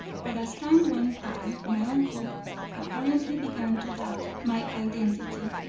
but as time went by, my uncle apparently began to doubt my identity,